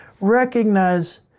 recognize